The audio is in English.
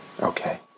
Okay